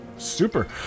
super